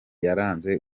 yaranze